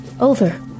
Over